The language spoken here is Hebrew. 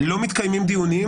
לא מתקיימים דיונים,